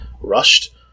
rushed